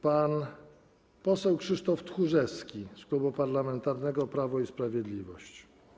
Pan poseł Krzysztof Tchórzewski z Klubu Parlamentarnego Prawo i Sprawiedliwość.